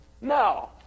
No